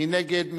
מי נגד?